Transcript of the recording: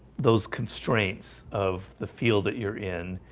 those constraints of the field that you're in